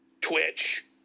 Twitch